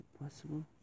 possible